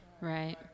Right